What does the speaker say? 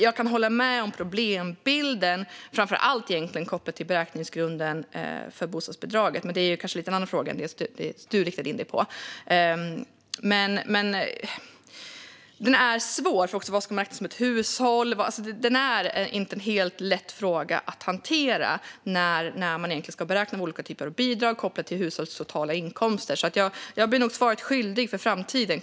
Jag kan dock hålla med om problembilden, framför allt kopplad till beräkningsgrunden för bostadsbidraget, men det är kanske en lite annan fråga än den som ledamoten riktar in sig på. Det är en svår fråga om vad som ska räknas som ett hushåll och så vidare. Det är inte en helt lätt fråga att hantera när man ska beräkna olika bidrag kopplade till hushållets totala inkomster, så jag blir nog svaret skyldig för framtiden.